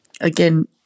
again